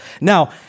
Now